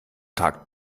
tagt